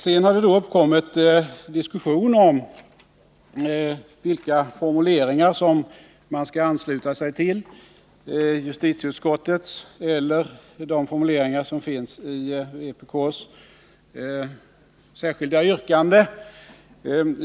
Sedan har det uppkommit diskussion om vilka formuleringar som man skall ansluta sig till — justitieutskottets eller de formuleringar som finns i vpk:s särskilda yrkande.